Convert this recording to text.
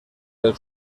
del